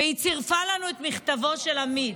והיא צירפה לנו את מכתבו של עמית.